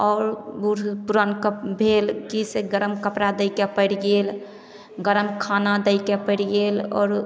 आओर बूढ़ पुरानके भेल की से गरम कपड़ा दैके पड़ि गेल गरम खाना दैके पड़ि गेल आओरो